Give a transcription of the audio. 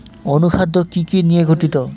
অনুখাদ্য কি কি নিয়ে গঠিত?